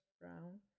brown